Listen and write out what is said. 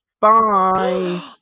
Bye